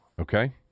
Okay